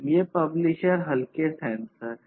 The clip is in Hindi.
ये पब्लिशर हल्के सेंसर हैं